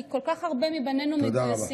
כי כל כך הרבה מבנינו מגויסים.